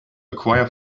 acquire